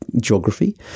geography